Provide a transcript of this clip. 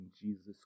Jesus